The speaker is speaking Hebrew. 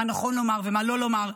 מה נכון לומר ומה לא לומר,